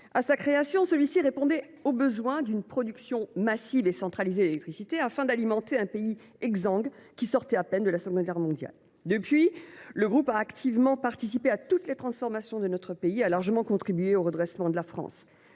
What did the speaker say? de France répondait au besoin d’une production massive et centralisée d’électricité afin d’alimenter un pays exsangue, qui sortait à peine de la Seconde Guerre mondiale. Depuis, le groupe a activement participé à toutes les transformations de la France et a largement contribué à son redressement. Néanmoins,